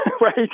right